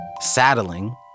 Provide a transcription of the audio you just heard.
Saddling